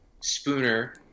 Spooner